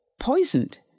poisoned